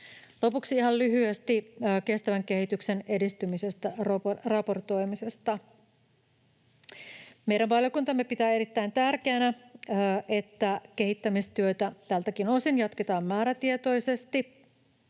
Lopuksi ihan lyhyesti kestävän kehityksen edistymisestä raportoimisesta: Meidän valiokuntamme pitää erittäin tärkeänä, että kehittämistyötä tältäkin osin jatketaan määrätietoisesti